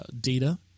data